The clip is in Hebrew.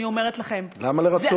אני אומרת לכם, למה לרצות?